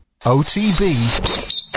OTB